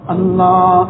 Allah